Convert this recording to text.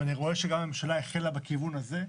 ואני רואה שגם הממשלה החלה בכיוון הזה,